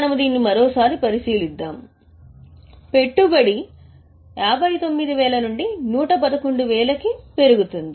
మనము దీన్ని మరోసారి పరిశీలిస్తాము పెట్టుబడి 59000 111 కి పెరుగుతుంది